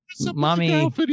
mommy